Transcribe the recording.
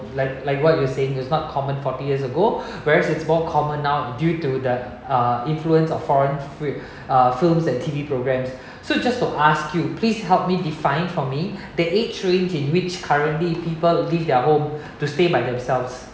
like like what you were saying it was not common forty years ago whereas it's more common now due to the uh influence of foreign films and T_V programs so just to ask you please help me define for me the age range in which currently people leave their home to stay by themselves